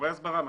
חומרי הסברה.